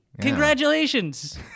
Congratulations